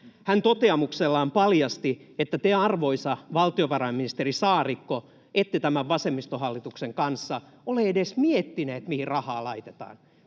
Hän toteamuksellaan paljasti, että te, arvoisa valtiovarainministeri Saarikko, ette tämän vasemmistohallituksen kanssa ole edes miettineet, mihin rahaa laitetaan.